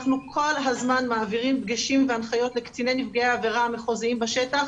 אנחנו כל זמן מעבירים דגשים והנחיות לקציני נפגעי עבירה מחוזיים בשטח